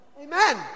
Amen